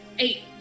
Eight